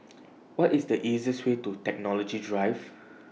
What IS The easiest Way to Technology Drive